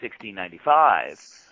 1695